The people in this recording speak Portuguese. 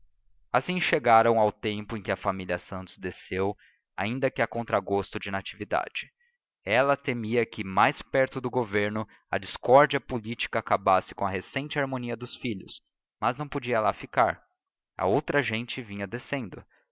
assim chegaram ao tempo em que a família santos desceu ainda que a contragosto de natividade ela temia que mais perto do governo a discórdia política acabasse com a recente harmonia dos filhos mas não podia lá ficar a outra gente vinha descendo